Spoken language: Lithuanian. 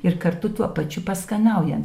ir kartu tuo pačiu paskanaujant